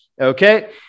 Okay